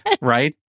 Right